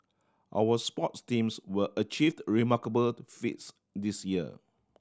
our sports teams were achieved remarkable feats this year